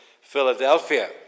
Philadelphia